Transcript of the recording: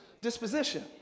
Disposition